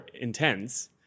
intense